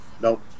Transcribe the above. Nope